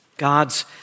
God's